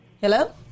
Hello